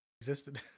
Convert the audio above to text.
Existed